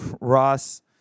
Ross